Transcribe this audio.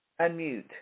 unmute